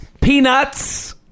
Peanuts